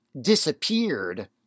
disappeared